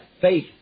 faith